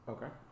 Okay